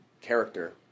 character